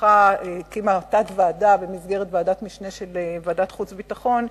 הקימה תת-ועדה במסגרת ועדת משנה של ועדת החוץ והביטחון,